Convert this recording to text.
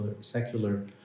secular